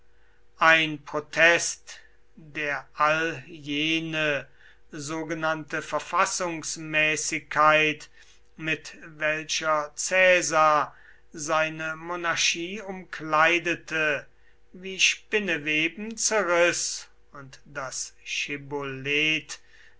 ein protest der all jene sogenannte verfassungsmäßigkeit mit welcher caesar seine monarchie umkleidete wie spinneweben zerriß und das schibboleth